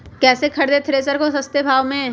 कैसे खरीदे थ्रेसर को सस्ते भाव में?